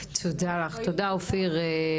תודה, אופיר.